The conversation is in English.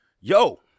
Yo